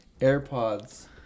AirPods